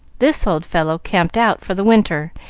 this old fellow camped out for the winter,